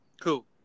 Cool